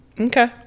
okay